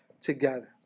together